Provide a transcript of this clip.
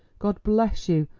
god bless you.